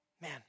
man